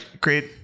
Great